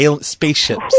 spaceships